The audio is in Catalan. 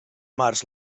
març